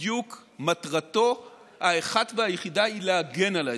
מטרתו האחת והיחידה היא להגן על האזרחים,